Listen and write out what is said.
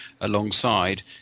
alongside